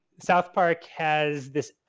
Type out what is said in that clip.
south park has this